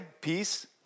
peace